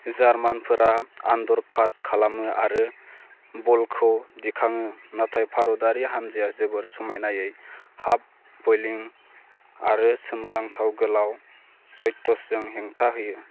जार्मानफोरा आन्डारकाट खालामो आरो बलखौ दिखाङो नाथाइ भारतारि हान्जाया जोबोद समायनायै हाफ बइलिं आरो सोमोनांथाव गोलाव शट्सजों हेंथा होयो